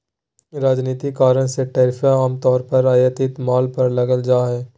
राजनीतिक कारण से टैरिफ आम तौर पर आयातित माल पर लगाल जा हइ